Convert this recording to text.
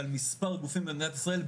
על מספר גופים במדינת ישראל,